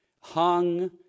hung